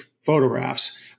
photographs